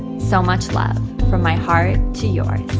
so much love, from my heart to yours.